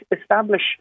establish